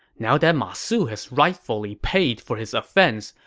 now that ma su has rightfully paid for his offense,